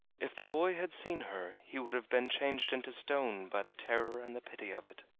if the boy had seen her he would have been changed into stone by the terror and the pity of it,